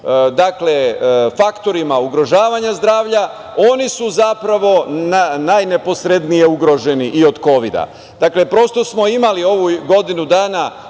faktorima ugrožavanja zdravlja, oni su zapravo najneposrednije ugroženi i od kovida. Dakle, prosto smo imali ovu godinu dana